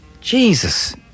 Jesus